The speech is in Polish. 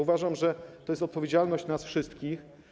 Uważam, że to jest odpowiedzialność nas wszystkich.